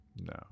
no